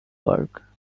work